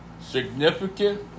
significant